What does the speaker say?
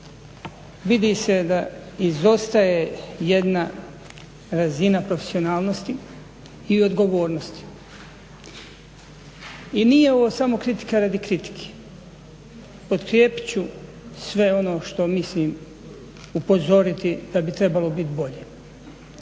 vidi se da izostaje jedna razina profesionalnosti i odgovornosti. I nije ovo samo kritika radi kritike, potkrijepit ću sve ono što mislim, upozoriti da bi trebalo biti bolje.